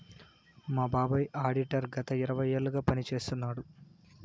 మా బాబాయ్ ఆడిటర్ గత ఇరవై ఏళ్లుగా పని చేస్తున్నాడు